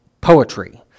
poetry